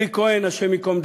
אלי כהן הי"ד,